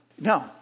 no